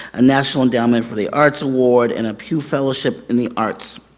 a national endowment for the arts award, and a pew fellowship in the arts.